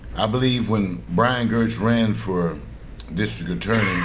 i believe when brian gertz ran for district attorney